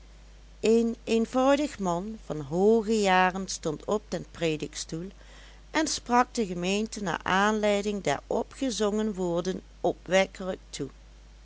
een eenvoudig man van hooge jaren stond op den predikstoel en sprak de gemeente naar aanleiding der opgezongen woorden opwekkelijk toe